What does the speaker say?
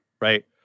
right